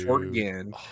again